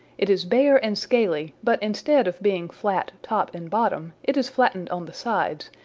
it is bare and scaly, but instead of being flat top and bottom it is flattened on the sides,